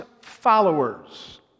followers